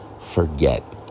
forget